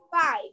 Five